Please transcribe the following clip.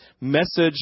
message